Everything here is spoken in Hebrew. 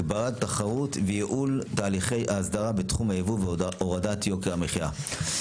הגברת תחרות וייעול תהליכי ההסדרה בתחום הייבוא והורדת יוקר המחייה.